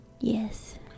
Yes